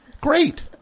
Great